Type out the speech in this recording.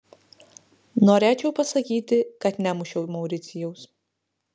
norėčiau pasakyti kad nemušiau mauricijaus